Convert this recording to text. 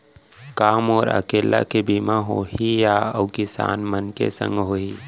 का मोर अकेल्ला के बीमा होही या अऊ किसान मन के संग होही?